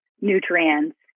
nutrients